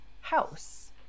house